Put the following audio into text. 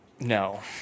No